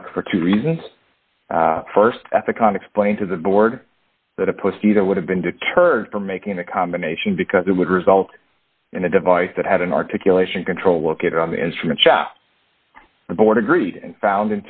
mark for two reasons first that the con explained to the board that a pussy that would have been deterred from making the combination because it would result in a device that had an articulation control located on the instrument the board agreed and found